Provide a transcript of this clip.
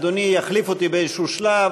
אדוני יחליף אותי באיזה שלב,